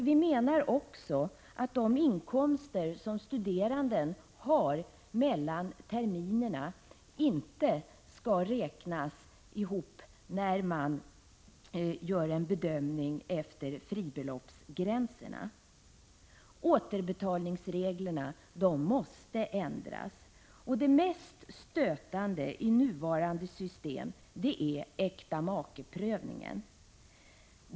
Vi menar också att de inkomster som studerande har mellan terminerna inte skall räknas ihop vid en bedömning efter fribeloppsgränserna. Vidare måste återbetalningsreglerna ändras. Men det mest stötande i nuvarande system är äktamakeprövningen.